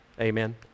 Amen